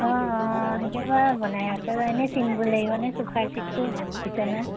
অঁ অঁ সেইখিনি বাৰু বনাই আছে এনেই চিম্পুল লাগিব নে চোফাৰ চিটটো বিছনা